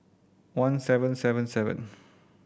one seven seven seven